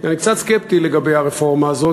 אני קצת סקפטי לגבי הרפורמה הזאת.